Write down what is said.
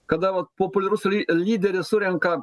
kada vat populiarus ly lyderis surenka